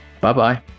Bye-bye